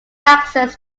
access